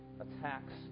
attacks